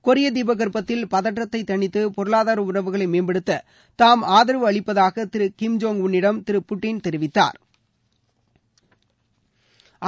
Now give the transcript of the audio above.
கொரிய தீபகற்பத்தில் பதற்றத்தை தணித்து பொருளாதார உறவுகளை மேம்படுத்த தாம் ஆதரவு அளிப்பதாக திரு கிம் ஜோங் உன்னிடம் திரு புட்டின் தெரிவித்தாா்